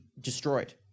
destroyed